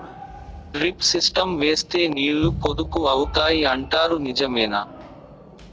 Drip system వేస్తే నీళ్లు పొదుపు అవుతాయి అంటారు నిజమేనా?